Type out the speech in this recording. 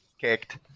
kicked